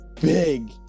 Big